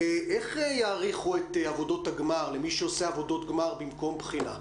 איך יעריכו את עבודות הגמר למי שעושה עבודות גמר במקום בחינה?